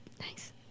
Nice